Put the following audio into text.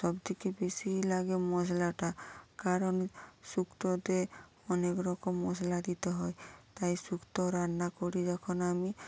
সবথেকে বেশি লাগে মশলাটা কারণ শুক্তোতে অনেক রকম মশলা দিতে হয় তাই শুক্তো রান্না করি যখন আমি